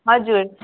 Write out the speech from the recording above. हजुर